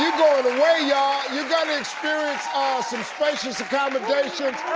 going away y'all! you're gonna experience ah some spacious accommodations,